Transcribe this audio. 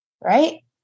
right